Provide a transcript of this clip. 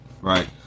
Right